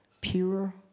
pure